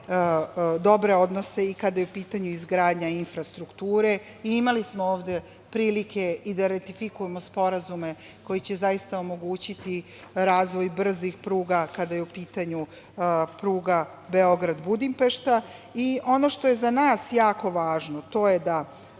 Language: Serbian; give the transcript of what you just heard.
dobre odnose i kada je u pitanju izgradnja infrastrukture i imali smo ovde prilike i da ratifikujemo sporazume koji će zaista omogućiti razvoj brzih pruga, kada je u pitanju pruga Beograd-Budimpešta. Ono što je za nas jako važno, kada